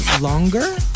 longer